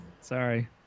Sorry